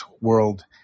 world